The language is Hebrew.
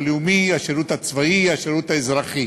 השירות הלאומי, השירות הצבאי, השירות האזרחי.